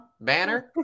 Banner